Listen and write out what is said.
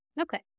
Okay